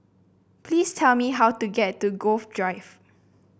please tell me how to get to Grove Drive